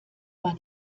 war